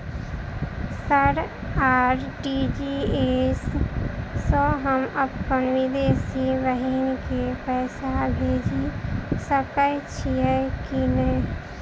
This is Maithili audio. सर आर.टी.जी.एस सँ हम अप्पन विदेशी बहिन केँ पैसा भेजि सकै छियै की नै?